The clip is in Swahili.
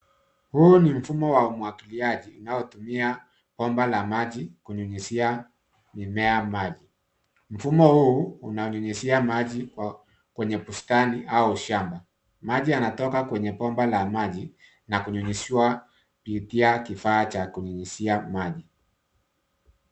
Huu ni mfumo wa umwagiliaji unaotumia bomba la maji kunyunyizia mimea maji. Mfumo huu unanyunyizia maji kwenye bustani au shamba. Maji yanatoka kwenye bomba la maji na kunyunyiziwa kupitia kifaa cha kunyunyizia maji.